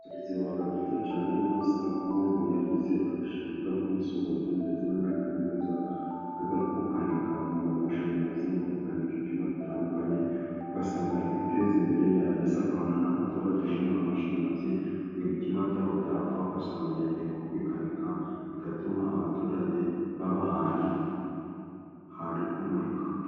Uburezi buba bwiza cyane, aho usanga umuntu yarize akajya kwiga nko muri sogonderi ndetse no muri kaminuza, akiga nko gukanika umuriro w'amashanyarazi no gukanika ibyuma bitandukanye, ugasanga ari kwiteza imbere yarangiza agaha n'abaturage umuriro w'amashanyarazi, ubwo ibyuma byabo byapfa ugasanga yagiye nko kubikanika bigatuma abaturage baba ahantu hamurika.